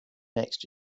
next